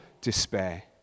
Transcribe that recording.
despair